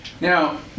Now